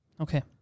Okay